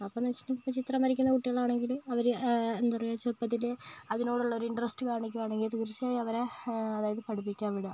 അപ്പോഴെന്ന് വെച്ചിട്ടുണ്ടെങ്കിൽ ഇപ്പോൾ ചിത്രം വരയ്ക്കുന്ന കുട്ടികളാണെങ്കില് അവര് എന്താ പറയുക ചെറുപ്പത്തില് അതിനോടുള്ള ഒരു ഇൻ്ററസ്റ്റ് കാണിക്കുവാണെങ്കിൽ തീർച്ചയായും അവരെ അതായത് പഠിപ്പിക്കാൻ വിടുക